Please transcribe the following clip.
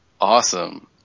Awesome